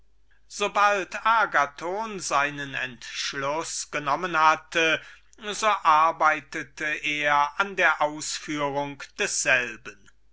sobald agathon seinen entschluß genommen hatte so arbeitete er an der ausführung desselben